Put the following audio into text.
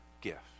gift